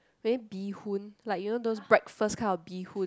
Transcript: maybe bee hoon like you know those breakfast kind of bee hoon